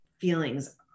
feelings